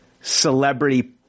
celebrity